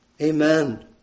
Amen